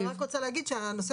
אני רק רוצה להגיד שהנושא,